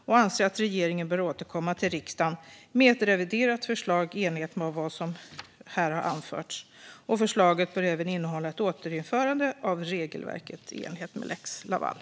Vi anser att regeringen bör återkomma till riksdagen med ett reviderat förslag i enlighet med vad som här har anförts. Förslaget bör även innehålla ett återinförande av regelverket i enlighet med lex Laval.